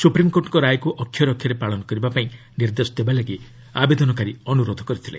ସୁପ୍ରିମ୍କୋର୍ଟଙ୍କ ରାୟକୁ ଅକ୍ଷରେ ଅକ୍ଷରେ ପାଳନ କରିବାପାଇଁ ନିର୍ଦ୍ଦେଶ ଦେବାଲାଗି ଆବେଦନକାରୀ ଅନୁରୋଧ କରିଥିଲେ